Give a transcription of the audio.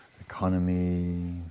economy